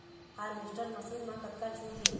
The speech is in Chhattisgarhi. हारवेस्टर मशीन मा कतका छूट हे?